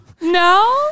no